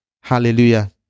hallelujah